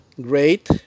great